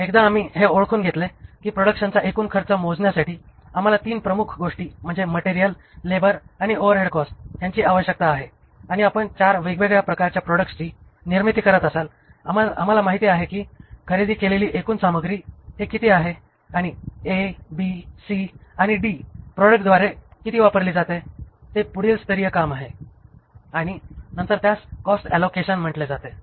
एकदा आम्ही हे ओळखून घेतले की प्रॉडक्शनचा एकूण खर्च मोजण्यासाठी आम्हाला 3 प्रमुख गोष्टी म्हणजे मटेरियल लेबर आणि ओव्हरहेड कॉस्ट ह्यांची आवश्यकता आहे आणि आपण 4 वेगवेगळ्या प्रकारच्या प्रॉडक्ट्सची निर्मिती करत आहात आम्हाला माहित आहे की खरेदी केलेली एकूण सामग्री हे किती आहे आणि A B C आणि D प्रॉडक्ट्सद्वारे किती वापरली जाते ते पुढील स्तरीय काम आहे आणि नंतर त्यास कॉस्ट ऑलोकेशन म्हटले जाते